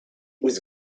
was